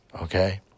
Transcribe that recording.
okay